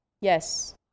yes